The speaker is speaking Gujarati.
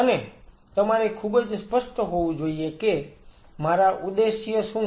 અને તમારે ખૂબ જ સ્પષ્ટ હોવું જોઈએ કે મારા ઉદ્દેશ્ય શું છે